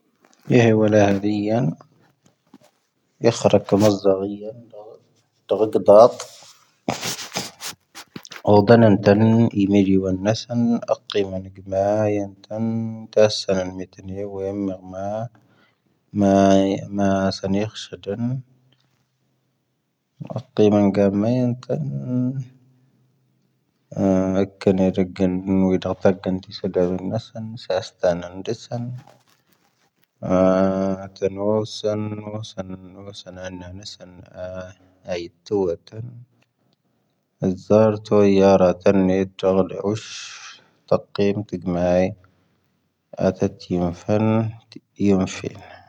ⵢⴻⵀⵉ ⵡⴰⵍⴰⵀⵉⴱⵉⵢⵢⴰⵏ ⵜⴰⴳⴱⵉⴱⴰⵜ ⵡⴰⴳⴰⵏ ⵜⴰⵏ ⵉⵎⵉⴷⴰⵏⵉ ⵡⴰⵏⵏⴰ ⵙⴰⵏ ⵜⴰⵙⵙⴰⵏ ⵡⴰⵢⵉⵏⵏⴰⵏⵎⵎⴰ ⵡⴰ ⴰⵇⵉⵎⴰⵏⵢⵉⴻⵏ ⵜⴰⵏⴰⵏ ⵙⴰ ⴰⵙⵜⴰⴻ ⵏⴰⵙⵎ ⵡⴰⵙⴰⵏ ⵎⴰⵙⴰⵏ ⴰⵉⵜⵓ ⵡⴰⵜⵓⴽⴰⵏ ⴰⵉⵜⴰⵓⵡ ⵓⵙⵀ ⵜⴰⴽⵉⵏ ⵜⵉⴳⵎⴰⵢⴻⵏ ⵡⴰⵙⵉⵏⵏⴻ.